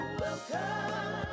welcome